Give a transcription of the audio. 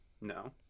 No